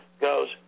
goes